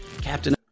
Captain